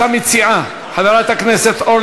את מבקשת ששר האוצר